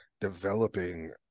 developing